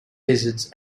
lizards